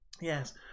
Yes